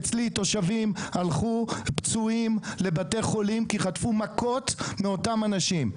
אצלי תושבים הלכו פצועים לבתי חולים כי חטפו מכות מאותם אנשים.